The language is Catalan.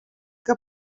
que